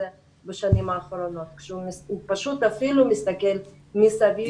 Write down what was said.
בשנים האחרונות כשהוא פשוט אפילו מסתכל מסביב.